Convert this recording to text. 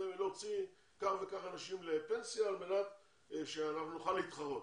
להוציא כך וכך אנשים לפנסיה על מנת שיוכלו להתחרות.